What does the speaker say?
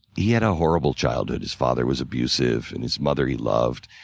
he had a horrible childhood. his father was abusive and his mother he loved,